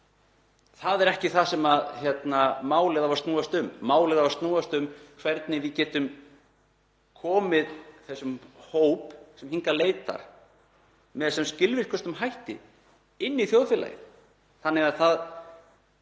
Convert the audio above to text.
það sem málið á að snúast um. Málið á að snúast um hvernig við getum komið þessum hóp sem hingað leitar með sem skilvirkustum hætti inn í þjóðfélagið